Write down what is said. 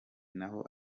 naho